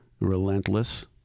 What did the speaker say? relentless